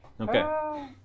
Okay